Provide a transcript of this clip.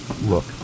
Look